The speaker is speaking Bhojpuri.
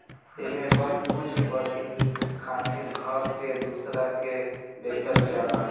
एमे बस कुछ बरिस खातिर घर के दूसरा के बेचल जाला